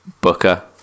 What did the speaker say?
booker